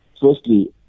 firstly